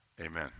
Amen